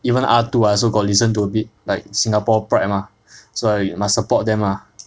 even 阿杜 I also got listen to a bit like singapore pride mah so I must support them lah